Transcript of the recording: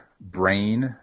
brain